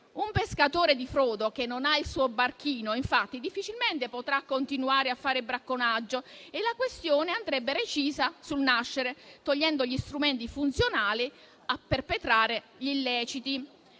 Un pescatore di frodo che non ha il suo barchino, infatti, difficilmente potrà continuare a fare bracconaggio. La questione andrebbe recisa sul nascere, togliendo gli strumenti funzionali a perpetrare gli illeciti.